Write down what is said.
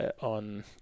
on